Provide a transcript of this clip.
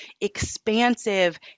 expansive